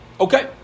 Okay